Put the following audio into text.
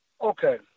Okay